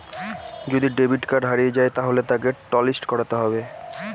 যদি debit card হারিয়ে যায় তাহলে তাকে টলিস্ট করাতে হবে